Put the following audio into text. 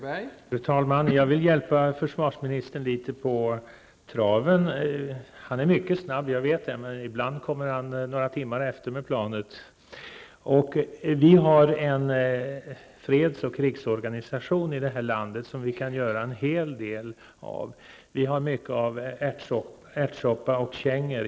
Fru talman! Jag vill hjälpa försvarsministern litet på traven. Jag vet att han är mycket snabb, men ibland kommer han några timmar efter med planet. Vi har en freds och krigsorganisation i det här landet som vi kan göra en hel del av. Vi har mycket av ärtsoppa och kängor.